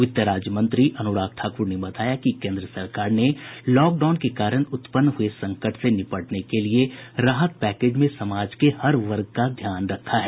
वित्त राज्य मंत्री अनुराग ठाकुर ने बताया कि केन्द्र सरकार ने पूर्णबंदी के कारण उत्पन्न हुए संकट से निपटने के लिए राहत पैकेज में समाज के हर वर्ग का ध्यान रखा है